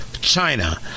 China